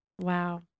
Wow